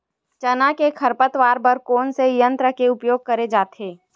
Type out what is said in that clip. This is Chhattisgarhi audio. चना के खरपतवार बर कोन से यंत्र के उपयोग करे जाथे?